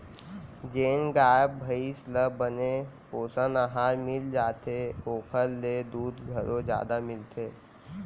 जेन गाय भईंस ल बने पोषन अहार मिल जाथे ओकर ले दूद घलौ जादा मिलथे